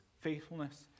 faithfulness